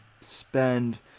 spend